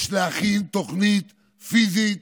יש להכין תוכנית פיזית,